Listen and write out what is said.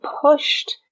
pushed